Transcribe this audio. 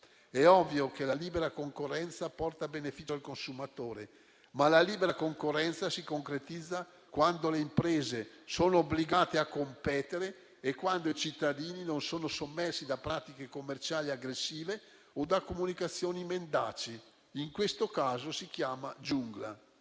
È ovvio che la libera concorrenza porta beneficio al consumatore. Ma la libera concorrenza si concretizza quando le imprese sono obbligate a competere e quando i cittadini non sono sommersi da pratiche commerciali aggressive o da comunicazioni mendaci. In questo caso si chiama giungla.